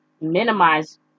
minimize